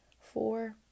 four